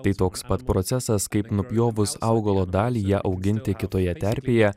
tai toks pat procesas kaip nupjovus augalo dalį ją auginti kitoje terpėje